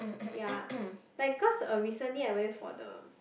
ya like cause a recently I went for the